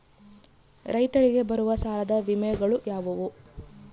ರೈತರಿಗೆ ಬರುವ ಸಾಲದ ವಿಮೆಗಳು ಯಾವುವು?